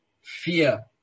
fear